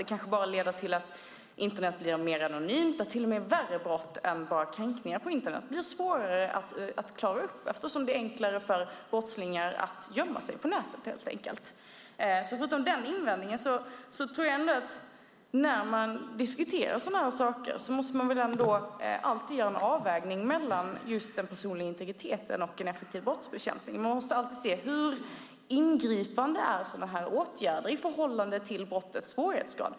Det kanske bara leder till att Internet blir mer anonymt och att till och med värre brott än kränkningar på Internet blir svårare att klara upp eftersom det är enklare för brottslingar att gömma sig på nätet. Förutom den invändningen anser jag att man när man diskuterar sådana här saker alltid måste göra en avvägning mellan den personliga integriteten och en effektiv brottsbekämpning. Man måste alltid se hur ingripande sådana här åtgärder är i förhållande till brottets svårighetsgrad.